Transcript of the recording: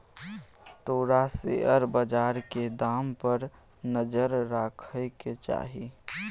तोरा शेयर बजारक दाम पर नजर राखय केँ चाही